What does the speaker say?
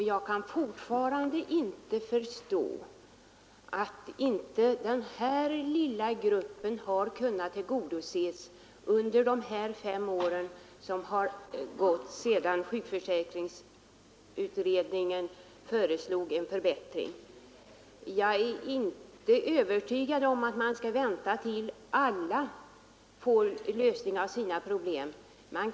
Jag kan fortfarande inte förstå att inte den här lilla gruppen har kunnat tillgodoses under de fem år som har gått sedan sjukförsäkringsutredningen föreslog en förbättring. Jag är inte övertygad om att man skall vänta tills alla får sina problem lösta.